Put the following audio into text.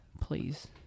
Please